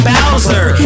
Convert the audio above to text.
Bowser